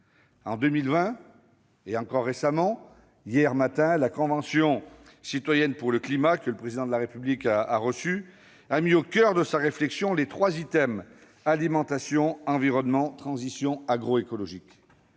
En 2020, tout récemment, hier matin, la Convention citoyenne pour le climat, dont le Président de la République a reçu les membres, a mis au coeur de sa réflexion trois : alimentation, environnement et transition agroécologique.